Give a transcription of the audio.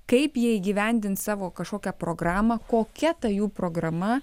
kaip jie įgyvendins savo kažkokią programą kokia ta jų programa